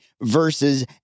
versus